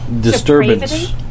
Disturbance